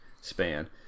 span